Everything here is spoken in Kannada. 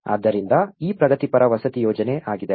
ಆದ್ದರಿಂದ ಈ ಪ್ರಗತಿಪರ ವಸತಿ ಯೋಜನೆ ಆಗಿದೆ